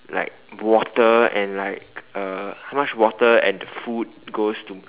like water and like uh how much water and food goes to